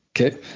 Okay